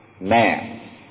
man